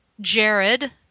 Jared